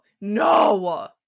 No